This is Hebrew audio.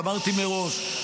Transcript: ואמרתי מראש,